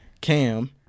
Cam